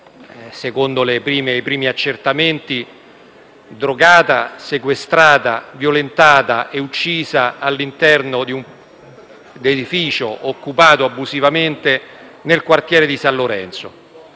secondo i primi accertamenti, drogata, sequestrata, violentata e uccisa all'interno di un edificio occupato abusivamente nel quartiere di San Lorenzo.